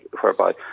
whereby